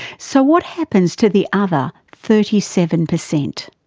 so, what happens to the other thirty seven percent?